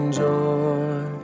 joy